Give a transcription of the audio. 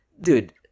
dude